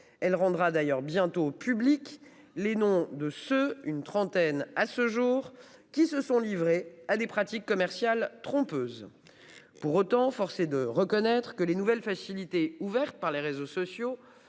Elle rendra d'ailleurs bientôt publics les noms de ceux une trentaine à ce jour, qui se sont livrés à des pratiques commerciales trompeuses. Pour autant, force est de reconnaître que les nouvelles facilités ouvertes par les réseaux sociaux